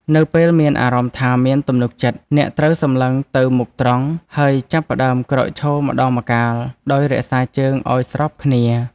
នៅពេលមានអារម្មណ៍ថាមានទំនុកចិត្ត អ្នកត្រូវសម្លឹងទៅមុខត្រង់ ហើយចាប់ផ្ដើមក្រោកឈរម្ដងម្កាលដោយរក្សាជើងឱ្យស្របគ្នា។